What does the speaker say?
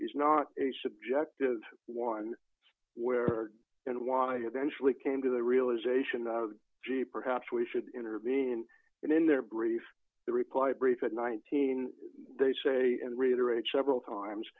is not a subjective one where and why eventually came to the realization gee perhaps we should intervene in their brief the reply brief at nineteen they say and reiterate several times